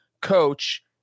coach